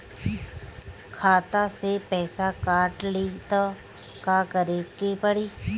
खाता से पैसा काट ली त का करे के पड़ी?